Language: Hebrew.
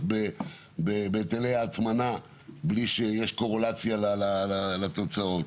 בהיטלי ההטמנה בלי שיש קורלציה לתוצאות.